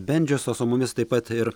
bendžius o su mumis taip pat ir